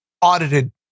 audited